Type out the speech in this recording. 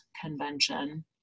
convention